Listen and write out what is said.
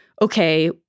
Okay